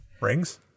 Rings